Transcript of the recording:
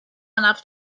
enough